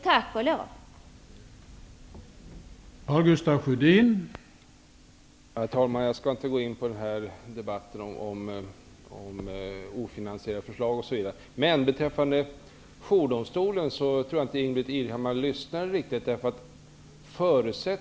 Tack och lov för det!